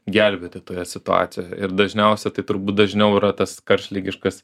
gelbėti toje situacijoje ir dažniausia tai turbūt dažniau yra tas karštligiškas